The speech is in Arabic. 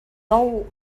ضوء